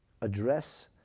address